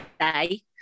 today